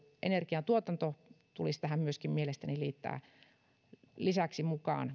energiantuotanto tulisi myöskin liittää tähän lisäksi mukaan